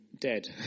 dead